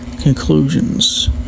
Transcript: conclusions